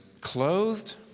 clothed